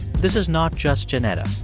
this is not just jeanetta.